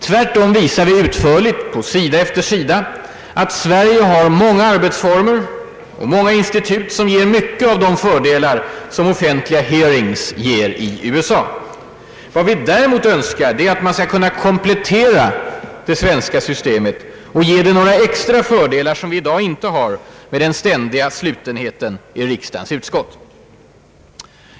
Tvärtom visar vi utförligt, på sida efter sida, att Sverige har många arbetsformer och institut som ger mycket av samma fördelar som offentliga hearings ger i USA. Vad vi däremot önskar är att man skall kunna komplettera det svenska systemet och ge det några extra fördelar som vi i dag inte har med den ständiga slutenheten i riksdagens utskott.